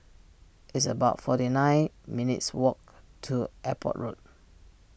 it's about forty nine minutes' walk to Airport Road